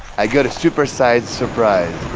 i got a super-sized surprise.